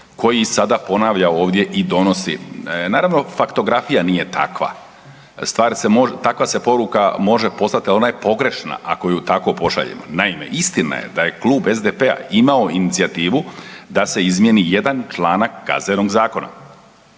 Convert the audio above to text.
koji sada ponavlja ovdje i donosi. Naravno, faktografija nije takva. Stvar se može, takva se poruka može poslati, ali ona je pogrešna ako ju tako pošaljemo. Naime, istina je da je Klub SDP-a imao inicijativu da se izmijeni jedan članak Kaznenog zakona.